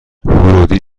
ورودی